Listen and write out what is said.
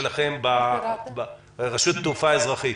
מנהל רת"א רשות התעופה האזרחית,